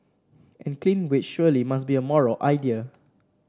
and clean wage surely must be a moral idea